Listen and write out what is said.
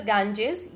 Ganges